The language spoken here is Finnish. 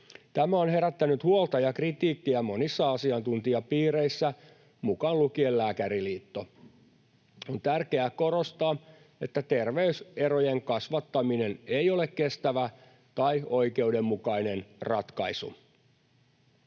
Tämä on herättänyt huolta ja kritiikkiä monissa asiantuntijapiireissä, mukaan lukien Lääkäriliitto. On tärkeää korostaa, että terveyserojen kasvattaminen ei ole kestävä tai oikeudenmukainen ratkaisu.